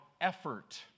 effort